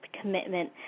commitment